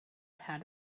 how